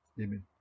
Amen